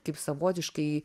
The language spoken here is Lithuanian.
kaip savotiškai